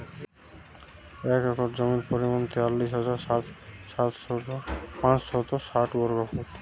এক একর জমির পরিমাণ তেতাল্লিশ হাজার পাঁচশত ষাট বর্গফুট